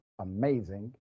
amazing